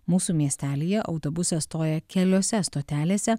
mūsų miestelyje autobusas stoja keliose stotelėse